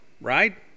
right